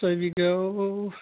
सय बिघायाव